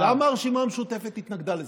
למה הרשימה המשותפת התנגדה לזה?